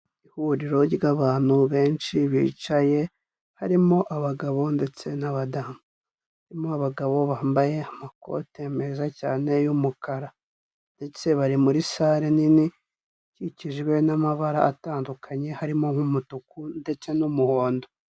Ihuriro ry'abantu benshi bicaye, harimo abagabo ndetse n'abadamu. Harimo abagabo bambaye amakoti meza cyane y'umukara. Ndetse bari muri sale nini ikikijwe n'amabara atandukanye, harimo nk'umutuku ndetse n'umuhondo.